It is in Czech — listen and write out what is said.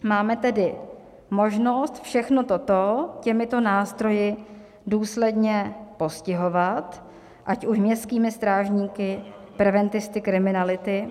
Máme tedy možnost všechno toto těmito nástroji důsledně postihovat, ať už městskými strážníky, preventisty kriminality.